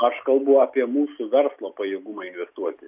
aš kalbu apie mūsų verslo pajėgumą investuoti